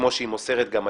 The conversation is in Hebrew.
כמו שהיא מוסרת גם היום.